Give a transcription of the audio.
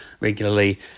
regularly